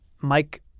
Mike